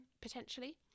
potentially